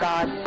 God